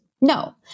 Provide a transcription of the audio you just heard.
No